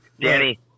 Danny